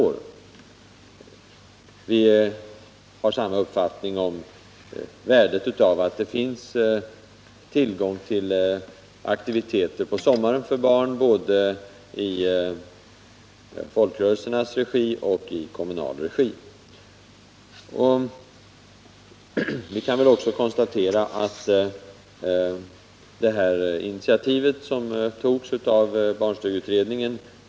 Vi har samma uppfattning om värdet av att det finns tillgång till aktiviteter för barn på sommaren, både i folkrörelsernas regi och i kommunal regi. Vi kan också konstatera att vi alla fäster vissa förhoppningar vid det initiativ som togs av barnstugeutredningen.